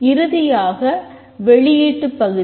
இறுதியாக வெளியீட்டுப் பகுதி